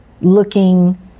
looking